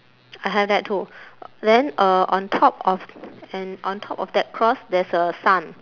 I have that too then uh on top of and on top of that cross there's a sun